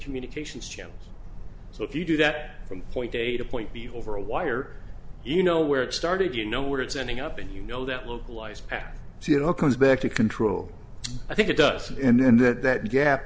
communications channels so if you do that from point a to point b over a wire you know where it started you know where it's ending up in you know that local ice pack it all comes back to control i think it does and then that